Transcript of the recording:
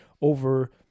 over